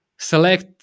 select